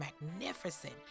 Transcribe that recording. magnificent